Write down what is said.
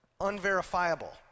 unverifiable